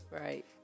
Right